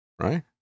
right